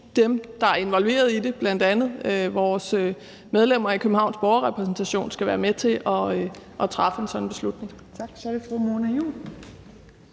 dem, der er involveret i det, bl.a. vores medlemmer i Københavns Borgerrepræsentation, skal være med til at træffe en sådan beslutning. Kl. 14:21 Tredje